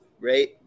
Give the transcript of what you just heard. right